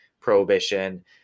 prohibition